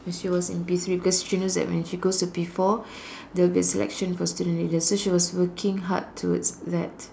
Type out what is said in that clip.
she was in P three cause she knows that when she goes to P four there'll be a selection for student leaders so she was working hard towards that